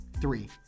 Three